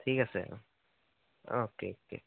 ঠিক আছে অঁ অঁ অকে অকে